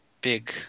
big